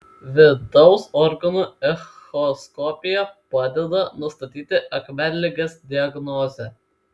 vidaus organų echoskopija padeda nustatyti akmenligės diagnozę